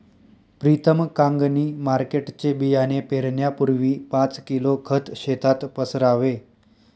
प्रीतम कांगणी मार्केटचे बियाणे पेरण्यापूर्वी पाच किलो खत शेतात पसरावे